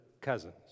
cousins